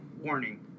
warning